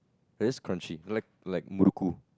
they're just crunchy like like murukku